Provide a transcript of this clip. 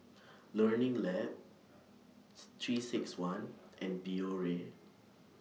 Learning Lab three six one and Biore